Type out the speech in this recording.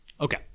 Okay